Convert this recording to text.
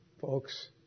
Folks